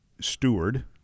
steward